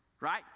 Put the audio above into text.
Right